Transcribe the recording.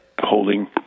Holding